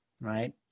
Right